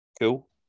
cool